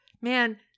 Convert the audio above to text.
man